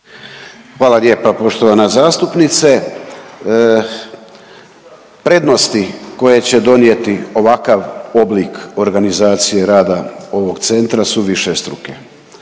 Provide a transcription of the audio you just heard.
Hvala lijepa poštovana zastupnice. Prednosti koje će donijeti ovakav oblik organizacije rada ovog centra su višestruke.